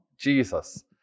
Jesus